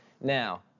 now